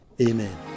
Amen